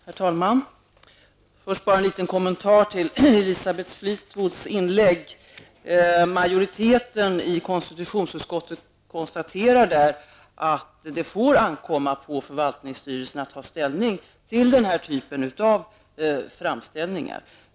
Herr talman! Jag vill först göra en liten kommentar till Elisabeth Fleetwoods inlägg. Konstitutionsutskottets majoritet konstaterade att det får ankomma på förvaltningsstyrelsen att ta ställning till den här typen av framställningar.